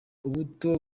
ubuto